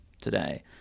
today